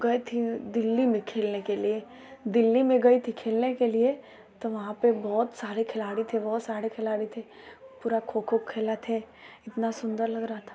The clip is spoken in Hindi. गई थी दिल्ली में खेलने के लिए दिल्ली में गई थी खेलने के लिए तो वहाँ पर बहुत सारे खिलाड़ी थे बहुत सारे खिलाड़ी थे पूरा खो खो खेले थे इतना सुंदर लग रहा था